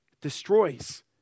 Destroys